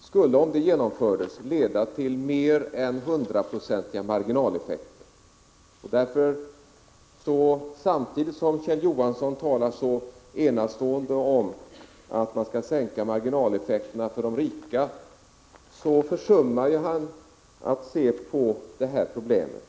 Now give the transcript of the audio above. skulle, om det genomfördes, leda till mer än hundraprocentiga marginaleffekter. Samtidigt som Kjell Johansson talar så enastående om att man skulle sänka marginaleffekterna för de rika försummar han att se på det här problemet.